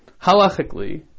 halachically